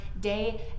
day